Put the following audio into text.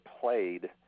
played